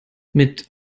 mit